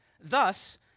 Thus